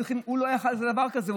הוא לא יכול היה לעשות דבר כזה,